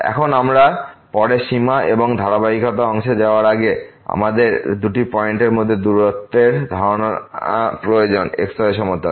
এখন আমরা পরে সীমা এবং ধারাবাহিকতা অংশে যাওয়ার আগে আমাদের দুটি পয়েন্টের মধ্যে দূরত্বের ধারণা প্রয়োজন xy সমতলে